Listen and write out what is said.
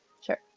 Sure